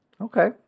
Okay